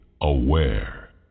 aware